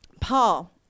Paul